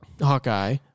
Hawkeye